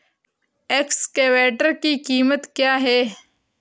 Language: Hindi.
एक्सकेवेटर की कीमत क्या है?